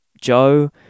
Joe